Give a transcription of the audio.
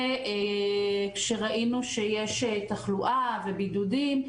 וכשראינו שיש תחלואה ובידודים,